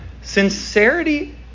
sincerity